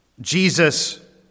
Jesus